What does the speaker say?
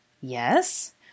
Yes